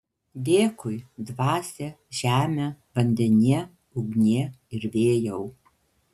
dėkui dvasia žeme vandenie ugnie ir vėjau